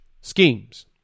schemes